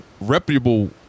reputable